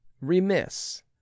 Remiss